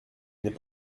n’est